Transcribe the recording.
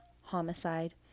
homicide